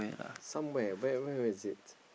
somewhere where where is it